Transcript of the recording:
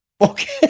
Okay